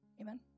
Amen